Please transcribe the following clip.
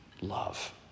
love